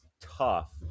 tough